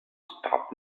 stop